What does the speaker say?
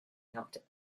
knocked